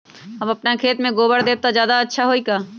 हम अपना खेत में गोबर देब त ज्यादा अच्छा होई का?